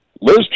Liz